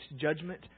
judgment